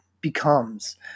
becomes